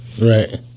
Right